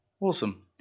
Awesome